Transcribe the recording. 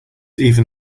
even